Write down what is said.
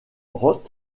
prodigue